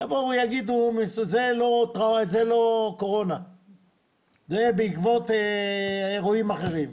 יגידו שזה לא קורונה אלא זה בעקבות אירועים אחרים.